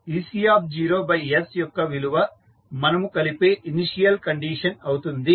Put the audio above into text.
ecs యొక్క విలువ మనము కలిపే ఇనీషియల్ కండిషన్ అవుతుంది